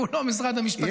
והוא לא משרד המשפטים.